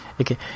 Okay